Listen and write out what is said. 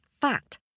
fat